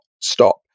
stop